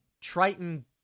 Triton